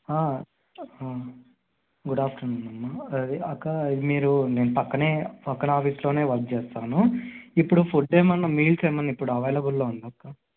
good afternoon అమ్మా ఇది అక్క మీరు నేను ప్రక్కనే ప్రక్కన ఆఫీస్లోనే వర్క్ చేస్తాను ఇప్పుడు ఫుడ్ ఏమైనా మీల్స్ ఏమైనా ఇప్పుడు అవైలబుల్లో ఉందా అక్క